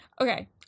Okay